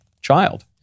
child